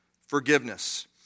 forgiveness